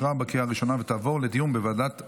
לוועדת החוקה,